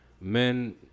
men